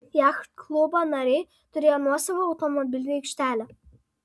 jachtklubo nariai turėjo nuosavą automobilių aikštelę